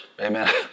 amen